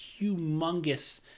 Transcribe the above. humongous